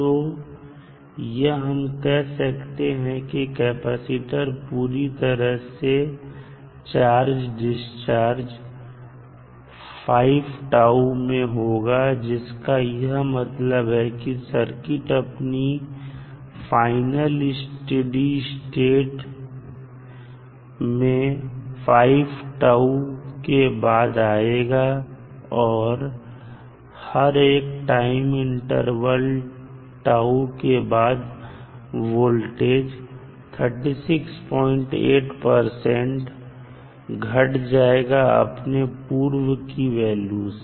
तो यह हम कह सकते हैं कि कैपेसिटर पूरी तरह से चार्ज डिस्चार्ज 5 τ में होगा जिसका यह मतलब है की सर्किट अपनी फाइनल स्टेट अथवा स्टेडी स्टेट में 5 τ के बाद आएगा और हर एक टाइम इंटरवल τ के बाद वोल्टेज 368 घट जाएगा अपने पूर्व की वैल्यू से